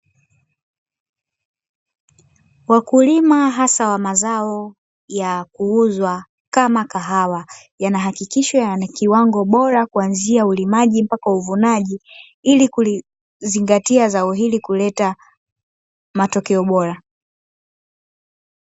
Wakulima hasa wa mazao ya kuuzwa kama kahawa yanahakikisha ni kiwango bora kuanzia ulimaji mpaka uvunaji ili kulizingatia zao hili kuleta matokeo bora.